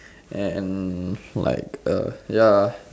and like uh ya